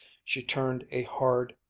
she turned a hard,